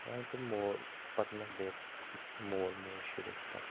وۄنۍ تہِ مول پَتہٕ مےٚ بیٚہہِ مول موج شُرِس پَتہٕ پَتہٕ